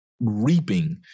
reaping